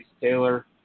Taylor